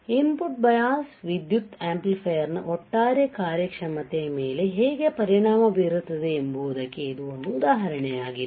ಆದ್ದರಿಂದ input bias ವಿದ್ಯುತ್ amplifier ನ ಒಟ್ಟಾರೆ ಕಾರ್ಯಕ್ಷಮತೆಯ ಮೇಲೆ ಹೇಗೆ ಪರಿಣಾಮ ಬೀರುತ್ತದೆ ಎಂಬುದಕ್ಕೆ ಇದು ಒಂದು ಉದಾಹರಣೆಯಾಗಿದೆ